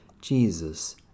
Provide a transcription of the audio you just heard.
Jesus